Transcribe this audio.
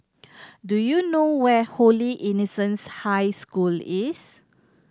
do you know where Holy Innocents' High School is